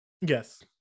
Yes